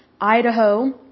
Idaho